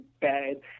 bad